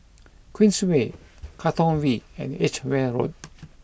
Queensway Katong V and Edgware Road